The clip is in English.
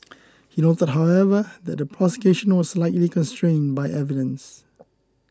he noted however that the prosecution was likely constrained by evidence